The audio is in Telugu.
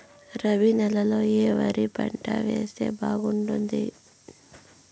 రబి నెలలో ఏ వరి పంట వేస్తే బాగుంటుంది